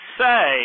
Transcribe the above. say